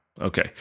Okay